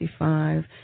1965